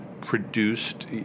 produced